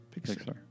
Pixar